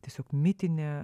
tiesiog mitinė